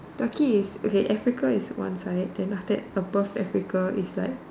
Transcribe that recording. Turkey is okay Africa is one side then after that above Africa is like